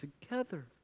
together